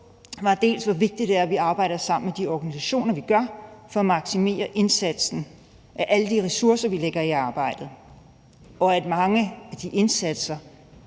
var, dels hvor vigtigt det er, at vi arbejder sammen med de organisationer, vi gør, for at maksimere indsatsen af alle de ressourcer, vi lægger i arbejdet, dels at mange af de indsatser